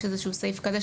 יש איזה שהוא סעיף כזה,